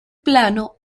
plano